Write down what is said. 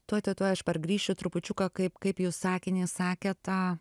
tuoj tuoj aš pargrįšiu trupučiuką kaip kaip jūs sakinį sakėt tą